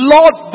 Lord